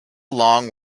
long